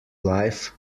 life